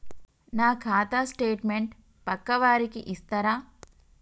నా ఖాతా స్టేట్మెంట్ పక్కా వారికి ఇస్తరా?